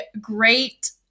great